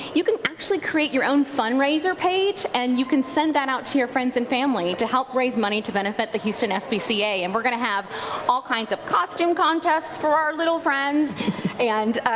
you can create your own fundraiser page and you can send that out to your friends and family to help raise money to benefit the houston s p c a, and we're going to have all kinds of costume contests for our little friends and